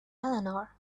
eleanor